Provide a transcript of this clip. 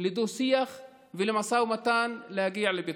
לדו-שיח ולמשא ומתן להגיע לפתרונות.